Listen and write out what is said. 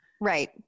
Right